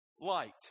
Light